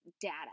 data